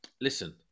Listen